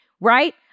Right